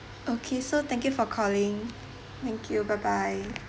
okay so thank you for calling thank you bye bye